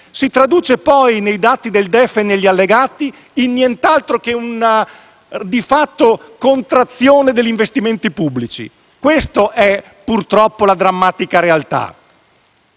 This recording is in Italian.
si traduce di fatto, nei dati del DEF e negli allegati, in nient'altro che in una contrazione degli investimenti pubblici. Questa è purtroppo la drammatica realtà.